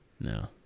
no